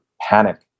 panic